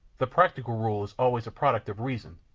the practical rule is always a product of reason,